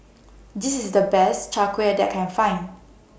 This IS The Best Chai Kueh that I Can Find